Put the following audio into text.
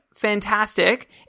fantastic